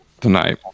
tonight